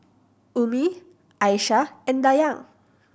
Ummi Aisyah and Dayang